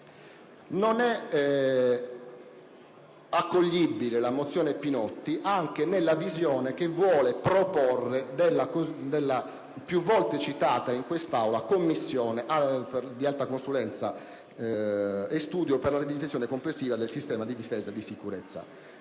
non è accoglibile anche nella visione che vuole proporre della, più volte citata in quest'Aula, Commissione di alta consulenza e studio per la ridefinizione complessiva del sistema di difesa e sicurezza